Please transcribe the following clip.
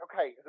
okay